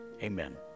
amen